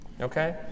Okay